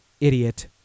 idiot